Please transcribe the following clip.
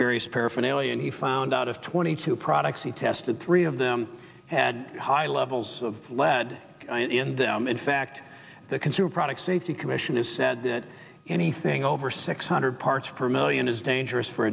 various paraphernalia and he found out of twenty two products he tested three of them had high levels of lead in them in fact the consumer products safety commission has said that anything over six hundred parts per million is dangerous for